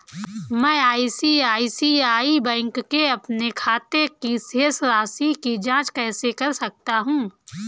मैं ICICI bank के अपने खाते की शेष राशि की जाँच कैसे कर सकता हूँ?